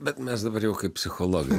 bet mes dabar jau kaip psichologai